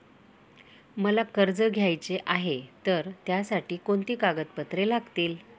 मला कर्ज घ्यायचे आहे तर त्यासाठी कोणती कागदपत्रे लागतील?